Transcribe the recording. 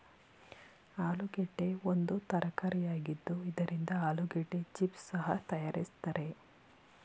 ಆಲೂಗೆಡ್ಡೆ ಒಂದು ತರಕಾರಿಯಾಗಿದ್ದು ಇದರಿಂದ ಆಲೂಗೆಡ್ಡೆ ಚಿಪ್ಸ್ ಸಹ ತರಯಾರಿಸ್ತರೆ